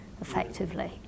effectively